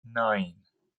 nine